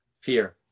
Fear